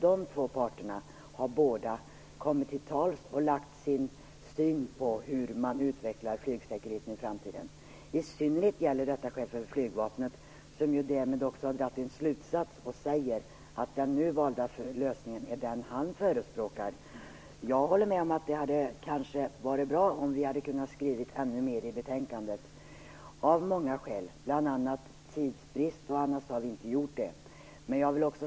Dessa två parter har kommit till tals och lagt fram sin syn på hur man skall utveckla flygsäkerheten i framtiden. I synnerhet gäller detta chefen för flygvapnet som har dragit en slutsats där han säger att han förespråkar den nu valda lösningen. Jag håller med om att det hade kanske varit bra om vi hade kunnat skriva mera i betänkandet. Av många skäl - bl.a. tidsbrist - har vi inte kunnat göra det.